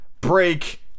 break